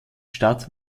stadt